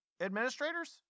administrators